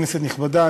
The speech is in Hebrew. כנסת נכבדה,